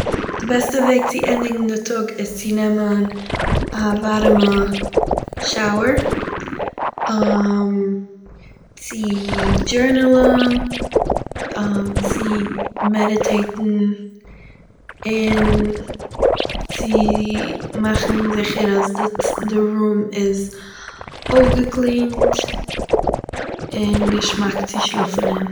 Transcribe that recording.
די בעסטע וועג ווי צו ענדיגן די טאג איז צו נעמען א ווארעמע שאוער, צו דזשורנלאן, צו מעדיטעיטן און צו מאכן זיכער אז די צ- די רום איז אויפגעקלינט, און געשמאק צו שלאפן אין